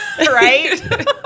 Right